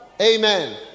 Amen